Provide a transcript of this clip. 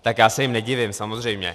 Tak já se jim nedivím, samozřejmě.